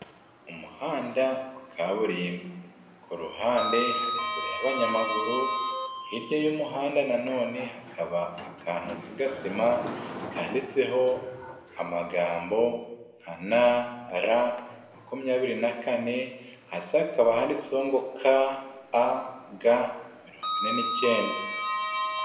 Umuhanda wa kaburimbo ku ruhande hari inzira y'abanyamaguru hirya y'umuhanda nanone hakaba akantu ka gasima kanditseho amagambo nka na makumyabiri na kane hasi hakaba handitseho ngo ka a ga mirongo ine n'ikenda.